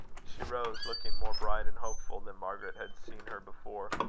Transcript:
she rose looking more bright and hopeful than margaret had seen her before.